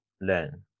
learn